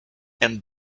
and